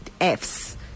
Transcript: F's